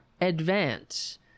advance